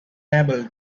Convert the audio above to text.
able